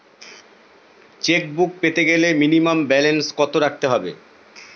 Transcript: Chequebook পেতে গেলে minimum balance কত রাখতে হবে?